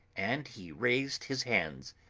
and he raised his hands,